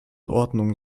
ordnung